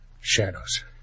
Shadows